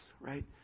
right